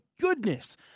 goodness